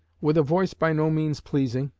with a voice by no means pleasing,